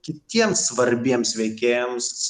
kitiems svarbiems veikėjams